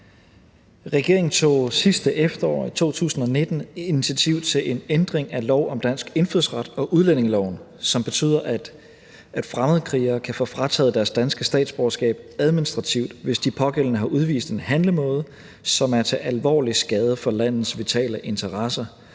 efterår, i 2019, initiativ til en ændring af lov om dansk indfødsret og udlændingeloven, som betyder, at fremmedkrigere kan få frataget deres danske statsborgerskab administrativt, hvis de pågældende har udvist en handlemåde, som er til alvorlig skade for landets vitale interesser,